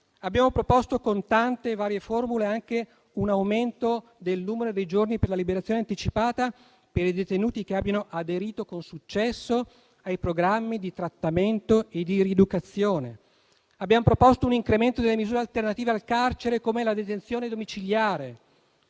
Abbiamo proposto, con tante e varie formule, anche un aumento del numero dei giorni per la liberazione anticipata, per i detenuti che abbiano aderito con successo ai programmi di trattamento e di rieducazione. Abbiamo proposto un incremento delle misure alternative al carcere, come la detenzione domiciliare.